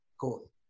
Cool